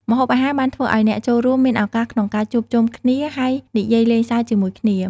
ម្ហូបអាហារបានធ្វើឲ្យអ្នកចូលរួមមានឱកាសក្នុងការជួបជុំគ្នាហើយនិយាយលេងសើចជាមួយគ្នា។